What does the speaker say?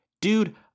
dude